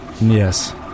Yes